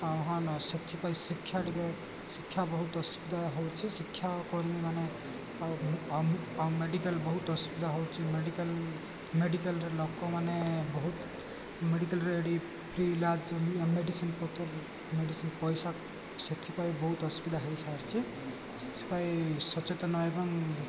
ଆହ୍ୱାନ ସେଥିପାଇଁ ଶିକ୍ଷା ଟିକେ ଶିକ୍ଷା ବହୁତ ଅସୁବିଧା ହେଉଛି ଶିକ୍ଷା କରିି ମାନେ ଆଉ ମେଡ଼ିକାଲ ବହୁତ ଅସୁବିଧା ହେଉଛି ମେଡ଼ିକାଲ ମେଡ଼ିକାଲରେ ଲୋକମାନେ ବହୁତ ମେଡ଼ିକାଲରେ ଏଠି ଫ୍ରି ଇଲାଜ ମେଡ଼ିସିନ ପତ୍ର ମେଡ଼ିସିନ ପଇସା ସେଥିପାଇଁ ବହୁତ ଅସୁବିଧା ହେଇସାରିଛି ସେଥିପାଇଁ ସଚେତନ ଏବଂ